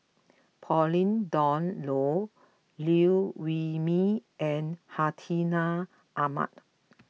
Pauline Dawn Loh Liew Wee Mee and Hartinah Ahmad